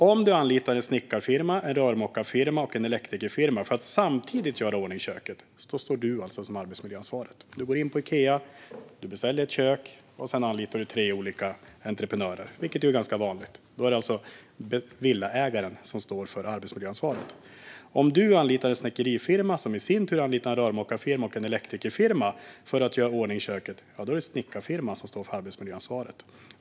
Om du anlitar en snickerifirma, en rörmokarfirma och en elektrikerfirma för att samtidigt göra i ordning köket är det du själv som står som arbetsmiljöansvarig. Om du som villaägare går in på Ikea och beställer ett kök och sedan anlitar tre olika entreprenörer, vilket är ganska vanligt, är det alltså du som villaägare som står för arbetsmiljöansvaret. Om du anlitar en snickerifirma som i sin tur anlitar en rörmokarfirma och en elektrikerfirma för att göra i ordning köket är det snickarfirman som står för arbetsmiljöansvaret.